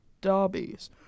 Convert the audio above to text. derbies